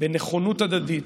בנכונות הדדית,